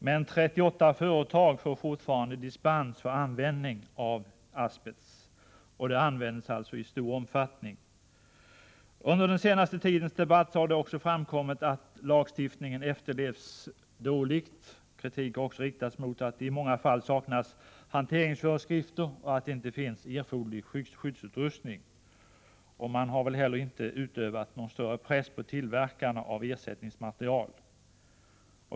Men 38 företag får fortfarande dispens för användning av asbest. Det används alltså i stor omfattning. Under den senaste tidens debatt har det framkommit att lagstiftningen efterlevs dåligt. Kritik har riktats mot att det i många fall saknas hanteringsföreskrifter och att det inte finns erforderlig skyddsutrustning. Man har heller inte utövat någon större press på tillverkarna av ersättningsmaterial.